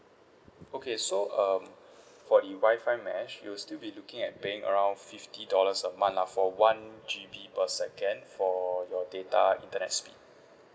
okay so um for the wi-fi mesh you'll still be looking at paying around fifty dollars a month lah for one G_B per second for your data internet speed